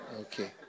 Okay